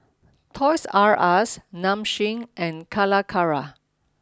Toys R Us Nong Shim and Calacara